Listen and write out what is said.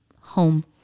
home